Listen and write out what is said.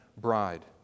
bride